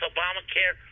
Obamacare